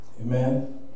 Amen